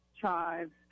chives